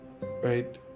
right